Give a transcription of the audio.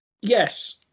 Yes